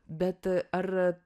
bet ar